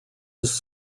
his